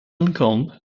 lincoln